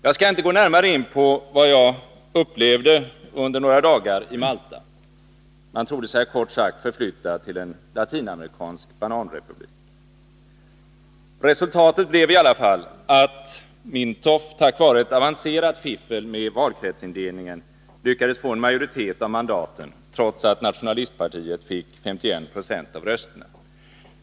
Jag skall inte gå närmare in på vad jag upplevde under några dagar i Malta — man trodde sig kort sagt förflyttad till en latinamerikansk bananrepublik. Resultatet blev i alla fall att Mintoff tack vare ett avancerat fiffel med valdistriktsindelningen lyckades få en majoritet av mandaten, trots att nationalistpartiet fick 51 26 av rösterna.